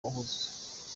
uwuhe